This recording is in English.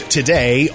today